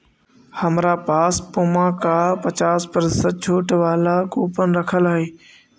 हमरा पास पुमा का पचास प्रतिशत छूट वाला कूपन रखल हई